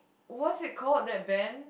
what is called that band